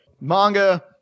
Manga